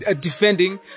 defending